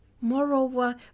Moreover